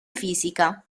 fisica